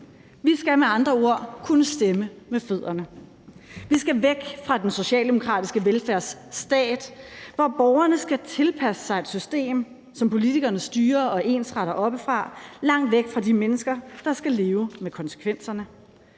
Vi skal med andre ord kunne stemme med fødderne. Vi skal væk fra den socialdemokratiske velfærdsstat, hvor borgerne skal tilpasse sig et system, som politikerne styrer og ensretter oppefra langt væk fra de mennesker, der skal leve med konsekvenserne.